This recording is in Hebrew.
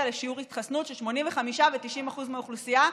לשיעור התחסנות של 85% ו-90% מהאוכלוסייה,